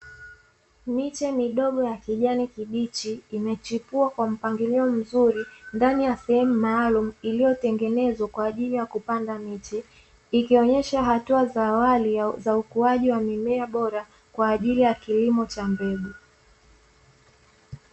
Miche midogo ya kijani kibichi imechipua kwa mpangilio mzuri ndani ya sehemu maalumu iliyotengenezwa kwa ajili ya kupanda miche. Ikionyesha hatua za awali za ukuaji wa mimea bora kwa ajili ya kilimo cha mbegu.